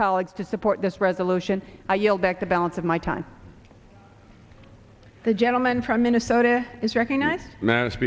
colleagues to support this resolution i yield back the balance of my time the gentleman from minnesota is recognized m